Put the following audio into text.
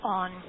on